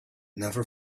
never